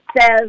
says